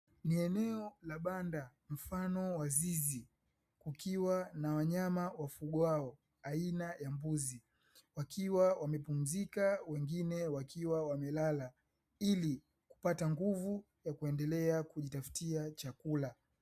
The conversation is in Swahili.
Ni eneo la banda mfano wa zizi, likiwa na wanyama wafugwao aina ya mbuzi, wakiwa wamepumzika wengine wakiwa wamelala, ili kupata nguvu ya kuendelea kujitafutia chakula.